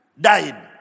died